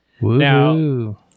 Now